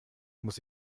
muss